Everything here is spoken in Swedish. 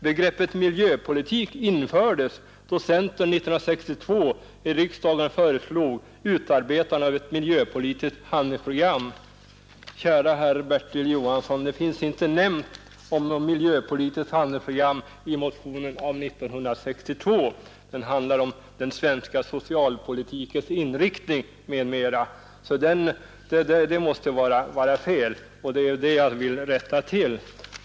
Begreppet miljöpolitik infördes då centern 1962 i riksdagen föreslog utarbetandet Käre herr Bertil Johansson, det finns ingenting nämnt om något miljöpolitiskt handlingsprogram i motionen av 1962. Den handlar om den svenska socialpolitikens inriktning m.m., så det måste vara fel att hänvisa till den, och det är det jag vill rätta till.